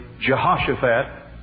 Jehoshaphat